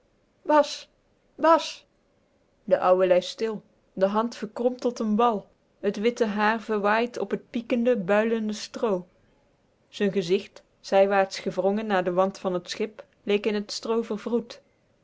bas bas de ouwe lei stil de hand verkromd tot een bal het witte haar verwaaid op het piekende builende stroo z'n gezicht zijwaarts gewrongen naar den wand van het schip leek in het stroo verwroet